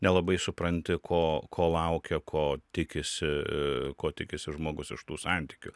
nelabai supranti ko ko laukia ko tikisi ko tikisi žmogus iš tų santykių